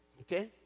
Okay